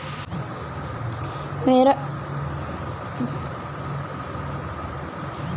मेरा debit card खो गया है मैं इसे कैसे बंद करवा सकता हूँ?